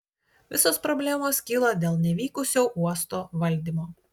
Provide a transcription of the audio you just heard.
visos problemos kyla dėl nevykusio uosto valdymo